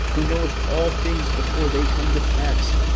who knowest all things before they come to pass,